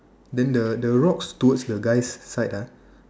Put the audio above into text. then the the rocks towards the guy's side ah